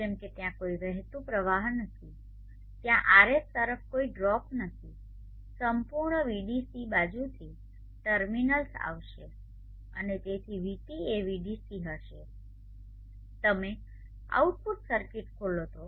જેમ કે ત્યાં કોઈ વહેતું પ્રવાહ નથી ત્યાં RS તરફ કોઈ ડ્રોપ નથી સંપૂર્ણ Vdc બાજુથી ટર્મિનલ્સ આવશે અને તેથી vT એ Vdc હશે તમે આઉટપુટ સર્કિટ ખોલો તો